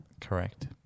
Correct